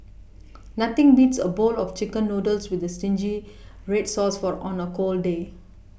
nothing beats a bowl of chicken noodles with zingy red sauce for on a cold day